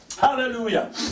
Hallelujah